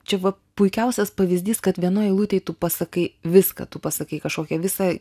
čia vat puikiausias pavyzdys kad vienoj eilutėj tu pasakai viską tu pasakai kažkokią visą